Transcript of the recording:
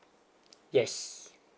yes